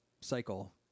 cycle